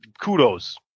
kudos